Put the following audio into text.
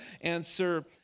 answer